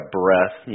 breath